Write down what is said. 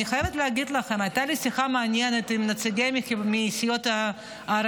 אני חייבת להגיד לכם: הייתה לי שיחה מעניינת עם נציגים מהסיעות הערביות,